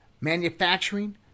manufacturing